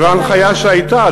זו ההנחיה שהייתה.